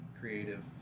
creative